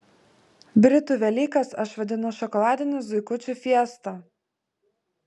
britų velykas aš vadinu šokoladinių zuikučių fiesta